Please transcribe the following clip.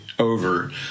over